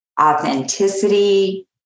authenticity